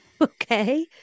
Okay